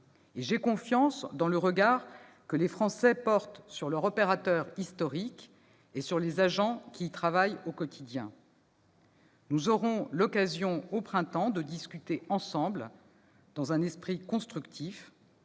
J'ai confiance dans le regard que portent les Français sur leur opérateur historique et dans les agents qui y travaillent au quotidien. Nous aurons l'occasion au printemps de discuter ensemble dans un esprit constructif